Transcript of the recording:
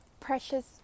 precious